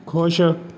ਖੁਸ਼